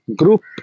group